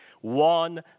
one